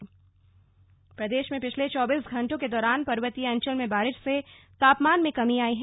मौसम प्रदेश में पिछले चौबीस घंटों के दौरान पर्वतीय अंचल में बारिश से तापमान में कमी आई है